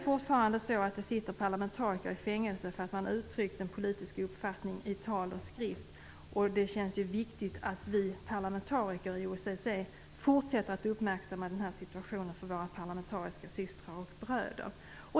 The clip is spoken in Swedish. Fortfarande sitter parlamentariker i fängelse för att de uttryckt sin politiska uppfattning i tal och skrift, och det känns viktigt att vi parlamentariker i OSSE fortsätter att uppmärksamma situationen för våra parlamentariska systrar och bröder.